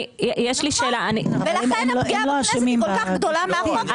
נכון, ולכן הפגיעה בכנסת כל כך גדולה מהחוק הזה.